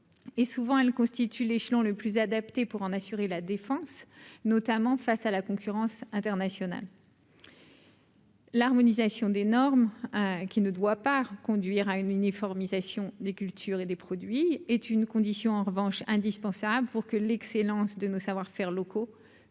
souvent elle constitue l'échelon le plus adapté pour en assurer la défense, notamment face à la concurrence internationale. L'harmonisation des normes qui ne doit pas conduire à une uniformisation des cultures et des produits est une condition en revanche indispensable pour que l'excellence de nos savoir-faire locaux